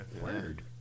weird